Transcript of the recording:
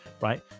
right